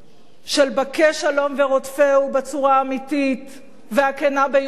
של בקש שלום ורודפהו בצורה האמיתית והכנה ביותר,